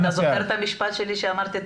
דורון אתה זוכר את המשפט שלי שאמרתי תמיד?